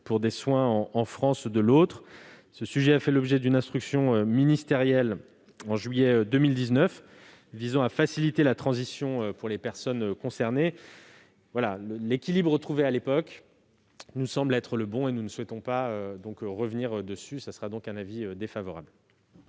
pour des soins en France. Le sujet a fait l'objet d'une instruction ministérielle au mois de juillet 2019 visant à faciliter la transition pour les personnes concernées. L'équilibre trouvé à l'époque nous semble le bon. Nous ne souhaitons pas revenir dessus. Le Gouvernement émet